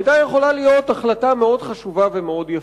היתה יכולה להיות החלטה מאוד חשובה ומאוד יפה.